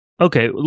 Okay